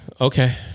Okay